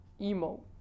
Emo